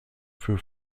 für